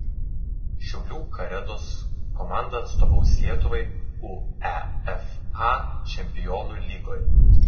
šiaulių karedos komanda atstovaus lietuvai uefa čempionų lygoje